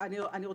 אני מסכמת.